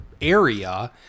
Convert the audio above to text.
area